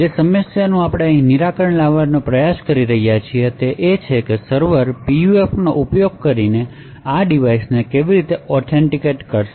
જે સમસ્યાનું આપણે અહીં નિરાકરણ લાવવાનો પ્રયાસ કરી રહ્યા છીએ તે છે કે સર્વર PUF નો ઉપયોગ કરીને આ ડિવાઇસને કેવી રીતે ઓથેન્ટિકેટ કરશે